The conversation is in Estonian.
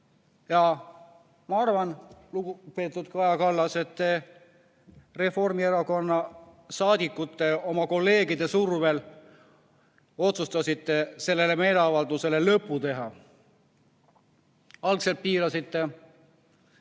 Ma arvan, lugupeetud Kaja Kallas, et te Reformierakonna saadikute, oma kolleegide survel otsustasite sellele meeleavaldusele lõpu teha. Algul piirasite